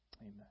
Amen